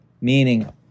Meaning